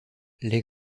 les